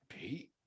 Pete